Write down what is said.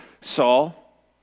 Saul